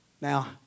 Now